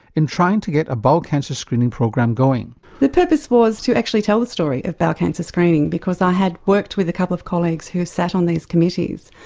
in trying to get a bowel cancer screening program going. the purpose was to actually tell the story of bowel cancer screening, because i had worked with a couple of colleagues who sat on these committees.